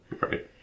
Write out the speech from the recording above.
Right